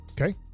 Okay